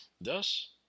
Thus